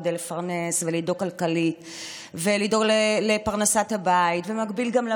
כדי לפרנס ולדאוג כלכלית ולדאוג לפרנסת הבית.